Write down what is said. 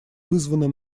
вызваны